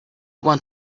want